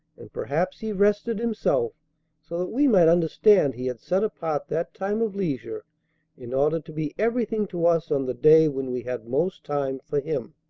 and perhaps he rested himself so that we might understand he had set apart that time of leisure in order to be everything to us on the day when we had most time for him.